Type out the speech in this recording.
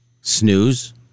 snooze